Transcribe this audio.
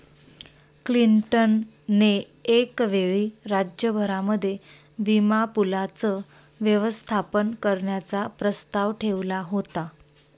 Clinton ने एक वेळी राज्य भरामध्ये विमा पूलाचं व्यवस्थापन करण्याचा प्रस्ताव ठेवला होता